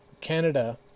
Canada